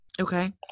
Okay